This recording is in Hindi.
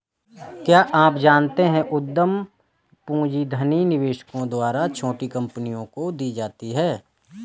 क्या आप जानते है उद्यम पूंजी धनी निवेशकों द्वारा छोटी कंपनियों को दी जाती है?